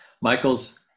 Michael's